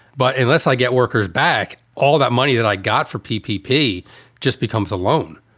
but unless i get workers back, all that money that i got for peopie just becomes a loan.